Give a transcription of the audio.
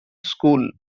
school